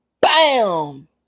BAM